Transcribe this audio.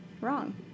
Wrong